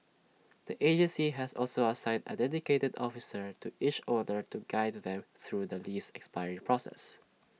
the agency has also assigned A dedicated officer to each owner to guide them through the lease expiry process